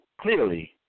clearly